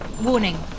Warning